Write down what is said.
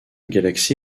galaxie